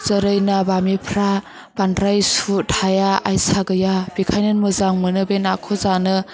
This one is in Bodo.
जेरै ना बामिफ्रा बांद्राय सु थाया आयसा गैया बेखायनो मोजां मोनो बे नाखौ जानो